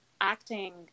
acting